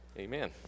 Amen